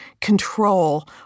control